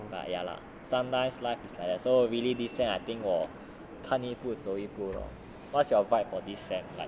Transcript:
but ya lah sometimes life is like so really this sem I think 我看一步走一步 lor what's your vibe for this sem